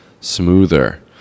smoother